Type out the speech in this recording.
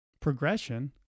progression